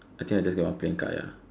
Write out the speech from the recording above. I think I just get one plain card ya